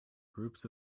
groups